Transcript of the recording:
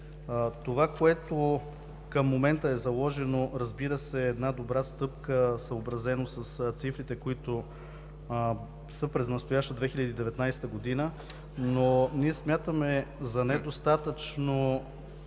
Това, което към момента е заложено, разбира се, е една добра стъпка, съобразено с цифрите, които са през настоящата 2019 г., но ние смятаме за недостатъчно